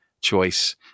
Choice